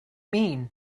mean